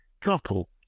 couple